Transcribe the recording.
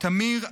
תמיר אדר,